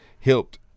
helped